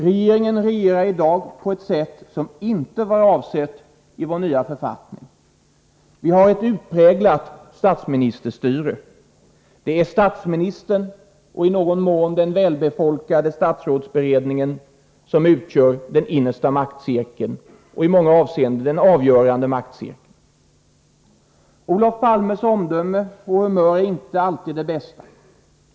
Regeringen regerar i dag på ett sätt som inte var avsett i vår nya författning. Vi har ett utpräglat statsministerstyre. Det är statsministern och i någon mån den välbefolkade statsrådsberedningen som utgör den innersta maktcirkeln, i många avseenden den avgörande maktcirkeln. Olof Palmes omdöme och humör är inte alltid det bästa.